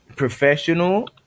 professional